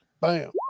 Bam